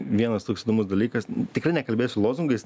vienas toks įdomus dalykas tikrai nekalbėsiu lozungais